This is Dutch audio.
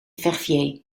verviers